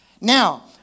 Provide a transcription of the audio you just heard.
Now